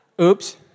Oops